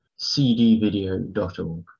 cdvideo.org